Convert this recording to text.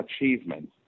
achievement